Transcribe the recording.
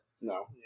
No